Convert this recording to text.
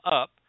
up